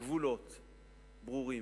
גבולות ברורים,